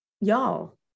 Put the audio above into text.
y'all